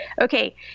okay